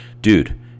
Dude